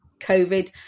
COVID